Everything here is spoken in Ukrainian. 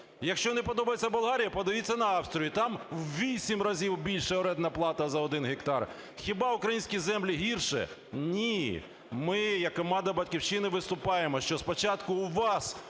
Якщо не подобається Болгарія, подивіться на Австрію – там в 8 разів більша оренда плата за один гектар. Хіба українські землі гірші? Ні! Ми як команда "Батьківщини" виступаємо, що спочатку у вас,